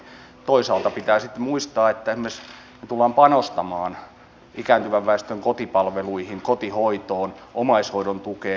toisaalta pitää sitten muistaa että me tulemme panostamaan esimerkiksi ikääntyvän väestön kotipalveluihin kotihoitoon omaishoidon tukeen